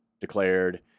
declared